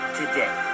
today